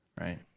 right